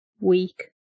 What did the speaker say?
week